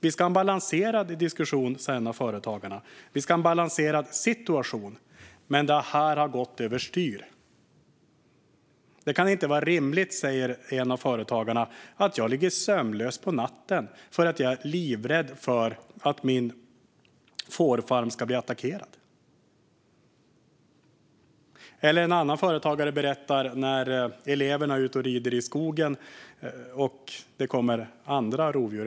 Vi ska ha en balanserad diskussion, säger en av företagarna, och en balanserad situation, men det här har gått över styr. Det kan inte vara rimligt, säger en av företagarna, att jag ligger sömnlös på natten för att jag är livrädd för att min fårfarm ska bli attackerad. En annan företagare berättar om när eleverna är ute och rider i skogen och det kommer andra rovdjur.